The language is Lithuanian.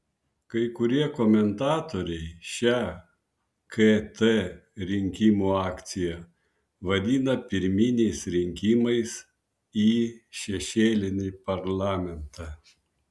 kai kurie komentatoriai šią kt rinkimų akciją vadina pirminiais rinkimais į šešėlinį parlamentą